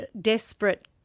desperate